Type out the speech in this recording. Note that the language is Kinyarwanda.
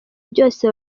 byose